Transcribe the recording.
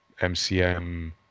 MCM